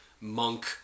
monk